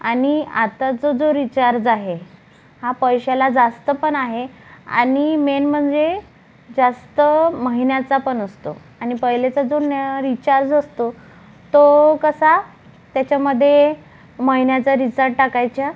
आणि आत्ताचा जो रिचार्ज आहे हा पैशाला जास्त पण आहे आणि मेन म्हणजे जास्त महिन्याचा पण असतो आणि पहिलेचा जो न्या रिचार्ज असतो तो कसा त्याच्यामध्ये महिन्याचा रिचाड टाकायचा